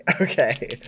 Okay